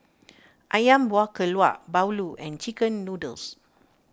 Ayam Buah Keluak Bahulu and Chicken Noodles